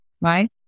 right